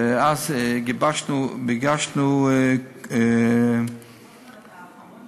ואז גיבשנו, חבר הכנסת